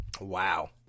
Wow